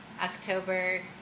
October